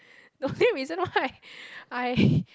the only reason why I I